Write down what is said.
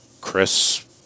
Chris